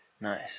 Nice